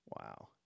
Wow